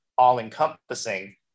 all-encompassing